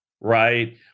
right